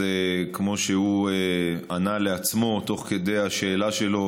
אז כמו שהוא ענה לעצמו תוך כדי השאלה שלו,